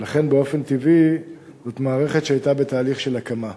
ולכן באופן טבעי זאת מערכת שהיתה בתהליך של הקמה.